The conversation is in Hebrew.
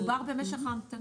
מדובר רק במשך ההמתנה.